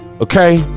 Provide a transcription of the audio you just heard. Okay